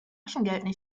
taschengeld